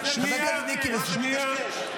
זה היה חוק שהיה מיטיב עם ההשקעות שלו,